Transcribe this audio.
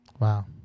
Wow